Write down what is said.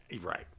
right